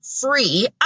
free